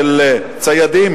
של ציידים,